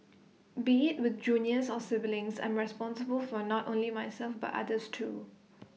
be IT with juniors or siblings I'm responsible for not only myself but others too